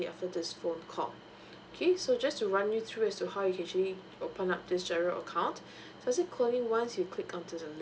after this phone call okay so just to run you through as to how you can actually open up this giro account firstly calling once you clicked onto the link